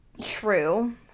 True